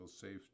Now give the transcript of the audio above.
safety